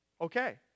Okay